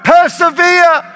Persevere